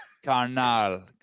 carnal